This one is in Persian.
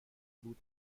بود